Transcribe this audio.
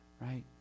right